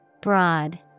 Broad